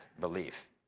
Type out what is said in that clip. belief